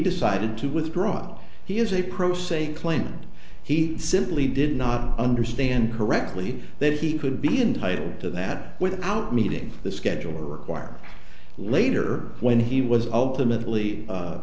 decided to withdraw he is a pro se claimed he simply did not understand correctly that he could be entitled to that without meeting the schedule requirement later when he was ultimately